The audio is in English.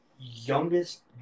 youngest